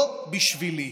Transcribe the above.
לא בשבילי,